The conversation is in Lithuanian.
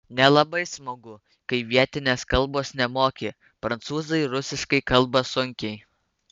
nelabai smagu kai vietinės kalbos nemoki prancūzai rusiškai kalba sunkiai